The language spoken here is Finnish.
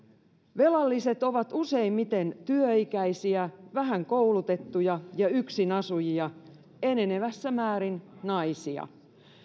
velalliset ovat useimmiten työikäisiä vähän koulutettuja ja yksin asujia enenevässä määrin naisia